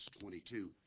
22